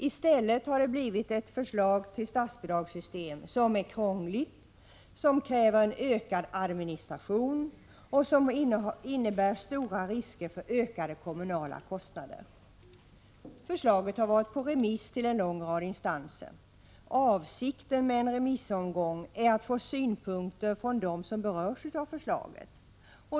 I stället har det blivit ett förslag till statsbidragssystem som är krångligt, som kräver ökad administration och som innebär stora risker för ökade kommunala kostnader. Förslaget har varit på remiss till en lång rad instanser. Avsikten med en remissomgång är att få synpunkter från dem som berörs av förslaget.